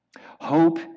Hope